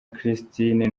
christine